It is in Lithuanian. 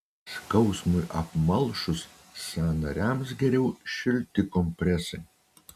skausmui apmalšus sąnariams geriau šilti kompresai